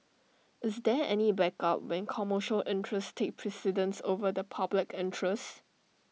is there any backup when commercial interest precedence over the public interest